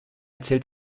zählt